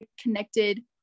connected